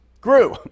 grew